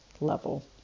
level